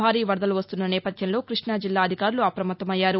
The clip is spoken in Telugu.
భారీ వరదలు వస్తున్న నేపథ్యంలో క్బష్ణ జిల్లా అధికారులు అప్రమత్తమయ్యారు